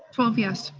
twelve yes.